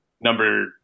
number